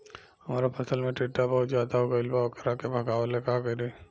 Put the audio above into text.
हमरा फसल में टिड्डा बहुत ज्यादा हो गइल बा वोकरा के भागावेला का करी?